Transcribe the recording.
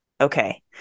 Okay